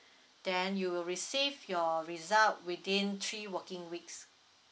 then you will receive your result within three working weeks